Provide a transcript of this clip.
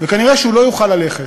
וכנראה הוא לא יוכל ללכת,